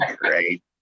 great